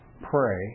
pray